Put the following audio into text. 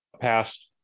passed